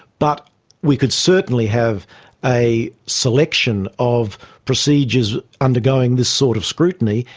but we could certainly have a selection of procedures undergoing this sort of scrutiny,